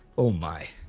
oh my,